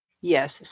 Yes